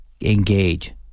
engage